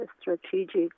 strategic